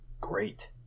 great